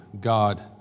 God